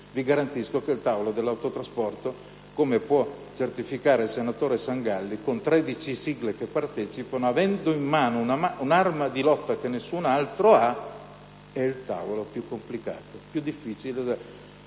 vi garantisco che quello dell'autotrasporto (come può certificare il senatore Sangalli), con 13 sigle che vi partecipano e che hanno in mano un'arma di lotta che nessun altro ha, è il più complicato e difficile.